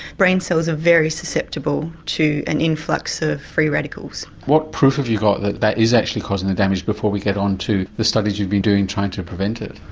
brain cells are very susceptible to an influx of free radicals. what proof have you got that that is actually causing the damage before we get onto the studies you've been doing trying to prevent it?